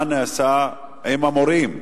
מה נעשה עם המורים?